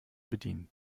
bedienen